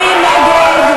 מי נגד?